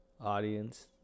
Audience